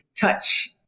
touch